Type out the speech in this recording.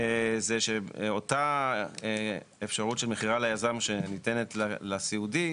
זה שאותה אפשרות של מכירה ליזם שניתנת לסיעודי,